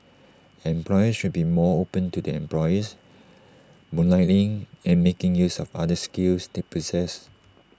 employers should be more open to their employees moonlighting and making use of other skills they possess